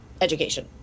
education